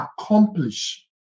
accomplish